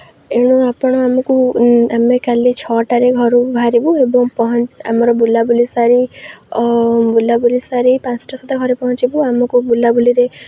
ଏଣୁ ଆପଣ ଆମକୁ ଆମେ କାଲି ଛଅଟାରେ ଘରୁ ବାହାରିବୁ ଏବଂ ଆମର ବୁଲାବୁଲି ସାରି ବୁଲାବୁଲି ସାରି ପାଞ୍ଚଟା ସୁଧା ଘରେ ପହଞ୍ଚିବୁ ଆମକୁ ବୁଲାବୁଲିରେ